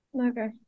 Okay